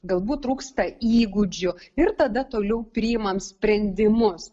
galbūt trūksta įgūdžių ir tada toliau priimam sprendimus